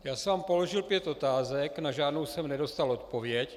Já jsem vám položil pět otázek, na žádnou jsem nedostal odpověď.